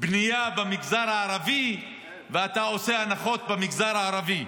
בנייה במגזר הערבי ואתה עושה הנחות במגזר הערבי.